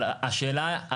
אבל השאלה,